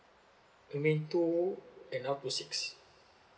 you mean two and up to six